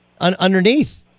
underneath